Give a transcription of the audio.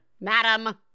madam